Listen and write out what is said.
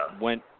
went